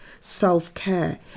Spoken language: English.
self-care